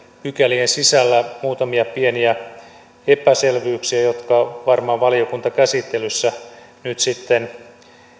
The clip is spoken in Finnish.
pykälien sisällä muutamia pieniä epäselvyyksiä jotka varmaan valiokuntakäsittelyssä nyt sitten